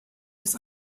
his